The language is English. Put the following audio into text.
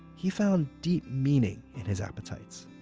he found deep meaning in his appetites.